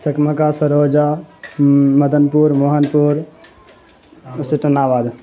چکمکا سروجا Madanpur Mohanpur اسوٹناباد